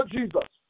Jesus